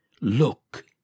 Look